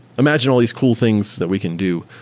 imagine all these cool things that we can do.